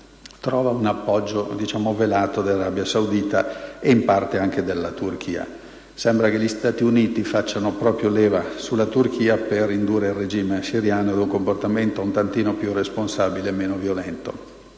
trova un appoggio velato dell'Arabia Saudita e, in parte, anche della Turchia. Sembra che gli Stati Uniti facciano leva proprio sulla Turchia per indurre il regime siriano ad un comportamento un tantino più responsabile e meno violento.